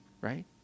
Right